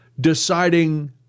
deciding